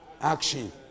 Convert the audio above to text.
action